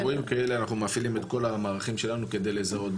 אנחנו מפעילים את כל המערכים שלנו כדי לזהות,